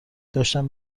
داشتم